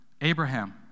Abraham